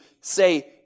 say